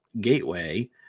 Gateway